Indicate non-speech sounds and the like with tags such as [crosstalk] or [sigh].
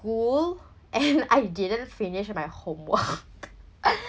school and [laughs] I didn't finish my homework [laughs]